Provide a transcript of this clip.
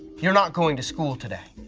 you're not going to school today!